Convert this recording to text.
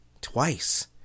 Twice